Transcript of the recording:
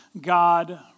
God